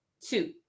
Two